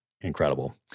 incredible